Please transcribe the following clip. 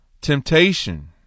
temptation